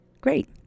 Great